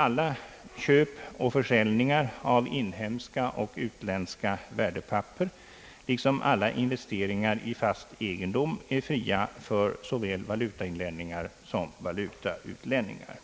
Alla köp och försäljningar av inhemska och utländska värdepapper liksom alla investeringar i fast egendom är fria för såväl valutainlänningar som <valutautlänningar.